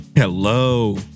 Hello